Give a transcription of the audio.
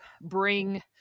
bring